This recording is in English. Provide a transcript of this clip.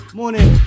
morning